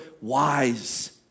Wise